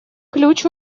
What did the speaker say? ключ